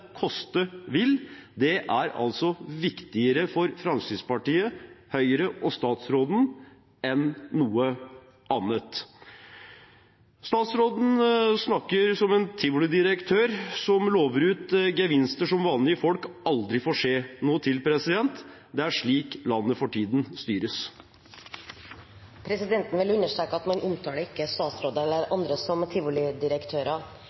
koste vil – er viktigere for Fremskrittspartiet, Høyre og statsråden enn noe annet. Statsråden snakker som en tivolidirektør som lover ut gevinster som vanlige folk aldri får se noe til. Det er slik landet for tiden styres. Presidenten vil understreke at man ikke skal omtale statsråder eller